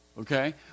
okay